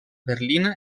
berlín